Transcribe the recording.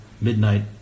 midnight